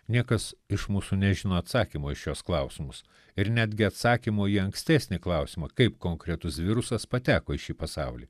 niekas iš mūsų nežino atsakymo į šiuos klausimus ir netgi atsakymo į ankstesnį klausimą kaip konkretus virusas pateko į šį pasaulį